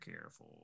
careful